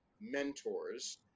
mentors